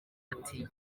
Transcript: ati